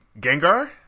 Gengar